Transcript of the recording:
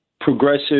progressive